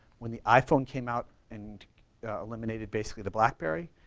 when the iphone came out and eliminated basically the blackberry,